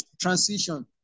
transition